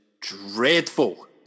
dreadful